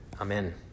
Amen